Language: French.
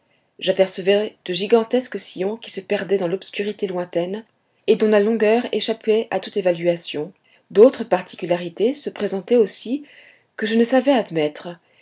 j'apercevais de gigantesques sillons qui se perdaient dans l'obscurité lointaine et dont la longueur échappait à toute évaluation d'autres particularités se présentaient aussi que je ne savais admettre